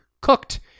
cooked